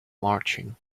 marching